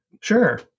Sure